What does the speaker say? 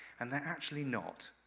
and they're actually not,